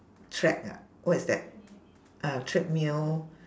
tread ah what is that ah treadmill